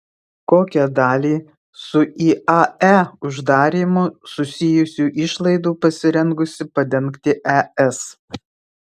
kokią dalį su iae uždarymu susijusių išlaidų pasirengusi padengti es